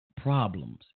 problems